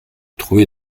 trouver